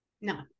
No